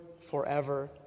forever